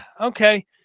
okay